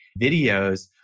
videos